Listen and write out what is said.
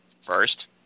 first